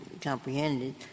comprehended